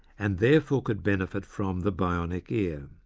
and therefore could benefit from the bionic ear.